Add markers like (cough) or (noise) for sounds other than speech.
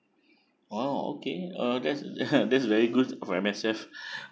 !wow! okay uh that's (laughs) that's very good for M_S_F (breath)